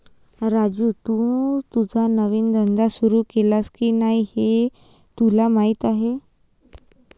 राजू, तू तुझा नवीन धंदा सुरू केलास की नाही हे तुला माहीत आहे